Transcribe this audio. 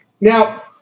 Now